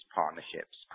partnerships